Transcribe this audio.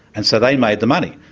and so they made the money.